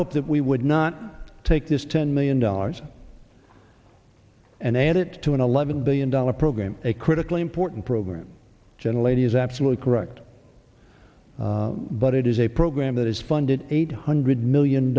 hope that we would not take this ten million dollars and add it to an eleven billion dollar program a critically important program gentle lady is absolutely correct but it is a program that is funded eight hundred million